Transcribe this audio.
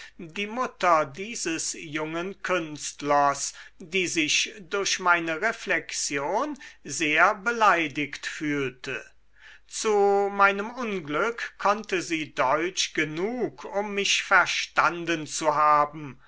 die mutter dieses jungen künstlers die sich durch meine reflexion sehr beleidigt fühlte zu meinem unglück konnte sie deutsch genug um mich verstanden zu haben